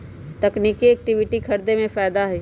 तकनिकिये इक्विटी खरीदे में फायदा हए